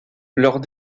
leurs